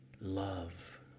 love